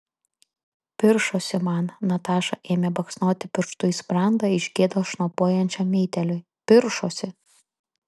piršosi man nataša ėmė baksnoti pirštu į sprandą iš gėdos šnopuojančiam meitėliui piršosi